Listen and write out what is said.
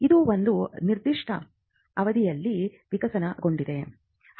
ಇದು ಒಂದು ನಿರ್ದಿಷ್ಟ ಅವಧಿಯಲ್ಲಿ ವಿಕಸನಗೊಂಡಿದೆ